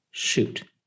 Shoot